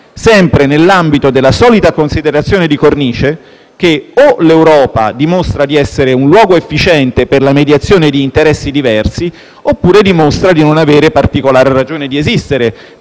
sempre nell'ambito della solita considerazione di cornice che o l'Europa dimostra di essere un luogo efficiente per la mediazione di interessi diversi, oppure dimostra di non avere particolare ragione di esistere.